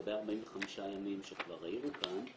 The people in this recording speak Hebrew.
לגבי 45 ימים שכבר העירו כאן,